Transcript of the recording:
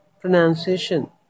pronunciation